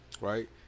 right